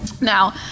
Now